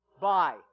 Bye